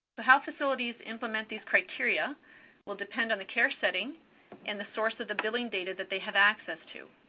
but how facilities implement these criteria will depend on the care setting and the source of the billing data that they have access to.